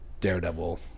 Daredevil